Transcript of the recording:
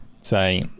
say